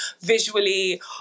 visually